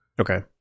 Okay